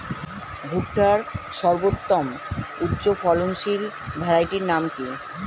ভুট্টার সর্বোত্তম উচ্চফলনশীল ভ্যারাইটির নাম কি?